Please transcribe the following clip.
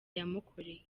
yamukoreye